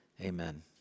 Amen